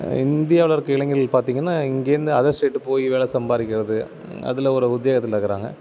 இந்தியாவில் இருக்கற இளைஞர்கள் பார்த்திங்கன்னா இங்கேருந்து அதர் ஸ்டேட்டு போய் வேலை சம்பாதிக்கிறது அதில் ஒரு உத்தியோகத்தில் இருக்குறாங்க